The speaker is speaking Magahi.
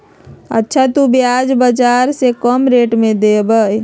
अच्छा तु प्याज बाजार से कम रेट में देबअ?